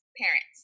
parents